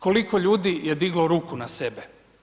Koliko ljudi je diglo ruku na sebe?